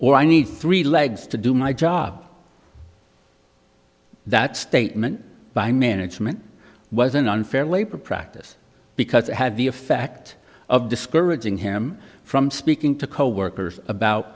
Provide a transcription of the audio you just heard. or i need three legs to do my job that statement by management was an unfair labor practice because it had the effect of discouraging him from speaking to coworkers about